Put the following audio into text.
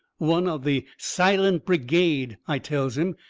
one of the silent brigade, i tells him,